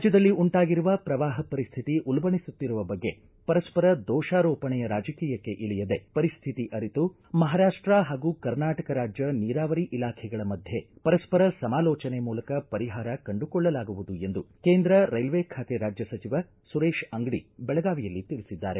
ರಾಜ್ಯದಲ್ಲಿ ಉಂಟಾಗಿರುವ ಪ್ರವಾಹ ಪರಿಸ್ಥಿತಿ ಉಲ್ಲಣಿಸುತ್ತಿರುವ ಬಗ್ಗೆ ಪರಸ್ಪರ ದೋಷಾರೋಪಣೆಯ ರಾಜಕೀಯಕ್ಕೆ ಇಳಿಯದೇ ಪರಿಸ್ಥಿತಿ ಅರಿತು ಮಹಾರಾಷ್ಷ ಹಾಗೂ ಕರ್ನಾಟಕ ರಾಜ್ಯ ನೀರಾವರಿ ಇಲಾಖೆಗಳ ಮಧ್ಯೆ ಪರಸ್ಪರ ಸಮಾಲೋಜನೆ ಮೂಲಕ ಪರಿಪಾರ ಕಂಡುಕೊಳ್ಳಲಾಗುವುದು ಎಂದು ಕೇಂದ್ರ ರೈಲ್ವೆ ಖಾತೆ ರಾಜ್ಯ ಸಚಿವ ಸುರೇಶ ಅಂಗಡಿ ಬೆಳಗಾವಿಯಲ್ಲಿ ತಿಳಿಸಿದ್ದಾರೆ